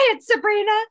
Sabrina